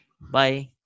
bye